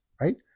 right